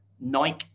Nike